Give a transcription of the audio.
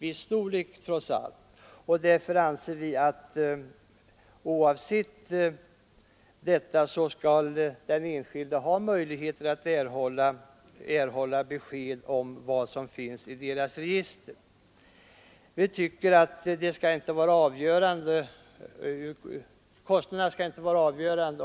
Vi anser att den enskilde skall ha möjligheter att erhålla besked om vad som finns i deras register. Vi tycker att kostnaderna inte skall vara avgörande.